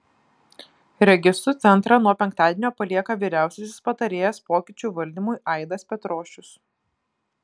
registrų centrą nuo penktadienio palieka vyriausiasis patarėjas pokyčių valdymui aidas petrošius